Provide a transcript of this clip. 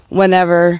whenever